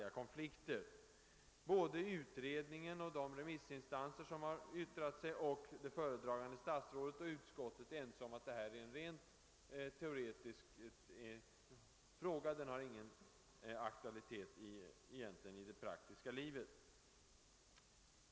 För det första är alla — utredningen, de remissinstanser som har yttrat sig, det föredragande statsrådet och utskottet — ense om att detta är en rent teoretisk fråga, som egentligen inte har någon aktualitet i det praktiska livet. Justitieråden och regeringsråden kommer i regel att hållas utanför alla fackliga konflikter.